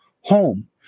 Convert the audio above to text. home